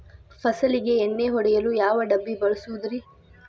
ಫಸಲಿಗೆ ಎಣ್ಣೆ ಹೊಡೆಯಲು ಯಾವ ಡಬ್ಬಿ ಬಳಸುವುದರಿ?